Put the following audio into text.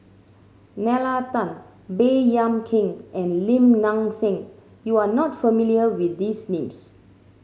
Nalla Tan Baey Yam Keng and Lim Nang Seng you are not familiar with these names